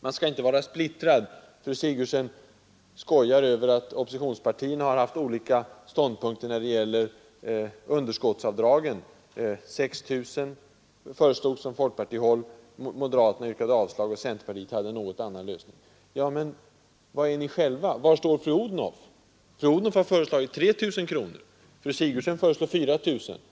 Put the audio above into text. Man skall inte vara splittrad, säger fru Sigurdsen och skojar över att oppositionspartierna haft olika ståndpunkter när det gäller underskottsavdragen — 6 000 kronor föreslogs från folkpartihåll, moderaterna yrkade avslag och centerpartiet hade en annan lösning. Ja, men var står ni själva? Fru Odhnoff har föreslagit 3 000 kronor, fru Sigurdsen föreslår 4 000 kronor.